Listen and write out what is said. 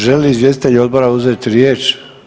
Žele li izvjestitelji odbora uzeti riječ?